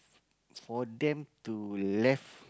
for them to left